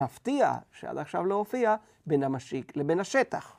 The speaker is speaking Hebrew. מפתיע, שעד עכשיו לא הופיע, ‫בין המשיק לבין השטח.